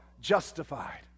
justified